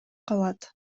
калат